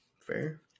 Fair